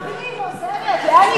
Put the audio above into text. ערבי עם עוזרת, לאן הגענו?